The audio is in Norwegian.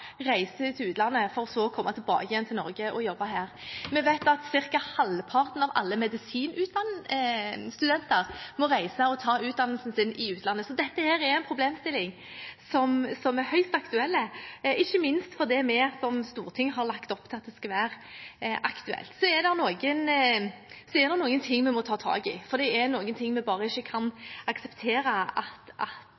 til utlandet for å få utdanning, for så å komme tilbake til Norge og jobbe her. Vi vet at ca. halvparten av alle medisinstudenter må reise og ta utdannelsen sin i utlandet. Så dette er en problemstilling som er høyst aktuell, ikke minst fordi vi som storting har lagt opp til at det skal være aktuelt. Så er det noen ting vi må ta tak i, det er ting vi bare ikke